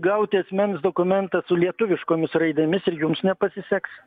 gauti asmens dokumentą su lietuviškomis raidėmis ir jums nepasiseks